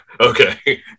okay